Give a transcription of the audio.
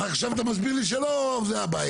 ועכשיו אתה מסביר שזו לא הבעיה.